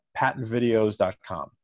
patentvideos.com